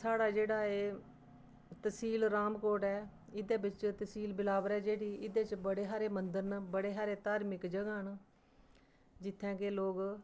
साढ़ा जेह्ड़ा एह् तह्सील रामकोट ऐ इ'दे बिच्च तह्सील बिलाबर ऐ जेह्ड़ी इ'दे च बड़े हारे मंदर न बड़े हारे धार्मिक जगहां न जित्थै के लोग